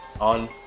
on